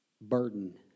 burden